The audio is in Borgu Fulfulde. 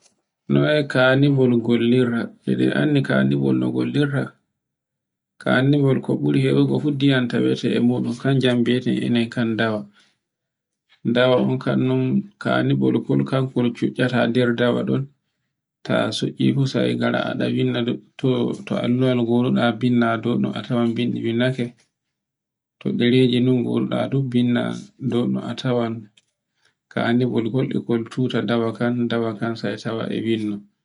Noy kanibol gollirta. E ɗun anndi kanibol no gollitta, kanibol ko ɓuri hewugo fu ndiyam tawe te, hanjun bi'ete anen kan dawa. Dawa on kannin kon kanibol kankol cuppata nder dawa ɗun ta su'efu sai ngara a ɗan winda, to allowal goduɗa atawan bindi binndake, to ɗereji gonɗa ɗun binnda dun a tawan kanibol kol e kol cuta dawakan, dawakan sai tawa e windo.